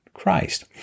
Christ